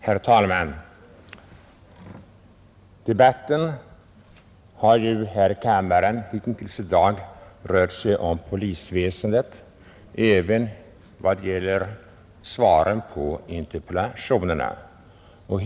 Herr talman! Debatten här i kammaren har hitintills i dag rört sig om polisväsendet även vad gäller svaret på interpellationen och frågan.